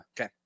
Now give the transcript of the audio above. Okay